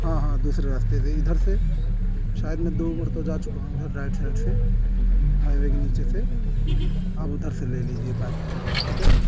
ہاں ہاں دوسرے راستے سے ادھر سے شاید میں دو مرتبہ جا چکا ہوں ادھر رائٹ سائڈ سے ہائی وے کے نیچے سے آپ ادھر سے لے لیجیے بائیں ٹھیک ہے